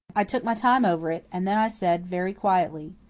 i took my time over it and then i said, very quietly.